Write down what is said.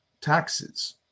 taxes